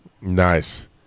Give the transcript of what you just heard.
Nice